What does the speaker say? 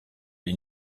les